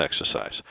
exercise